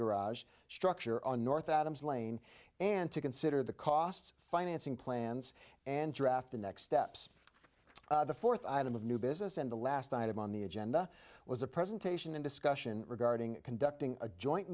garage structure on north adams lane and to consider the costs financing plans and draft the next steps the fourth item of new business and the last item on the agenda was a presentation and discussion regarding conducting a joint